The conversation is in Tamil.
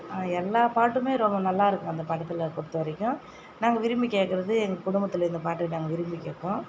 எல்லா பாட்டுமே ரொம்ப நல்லாயிருக்கும் அந்த படத்தில் பொறுத்த வரைக்கும் நாங்கள் விரும்பி கேட்குறது எங்கள் குடும்பத்தில் இந்த பாட்டு நாங்கள் விரும்பி கேட்போம்